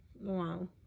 Wow